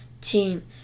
team